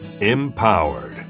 empowered